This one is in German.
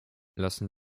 lassen